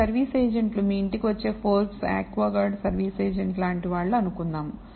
ఈ సర్వీస్ ఏజెంట్లు మీ ఇంటికి వచ్చే ఫోర్బ్స్ఆక్వాగార్డ్ సర్వీస్ ఏజెంట్ లాంటివాళ్ళు అనుకుందాం